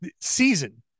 season